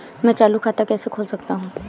मैं चालू खाता कैसे खोल सकता हूँ?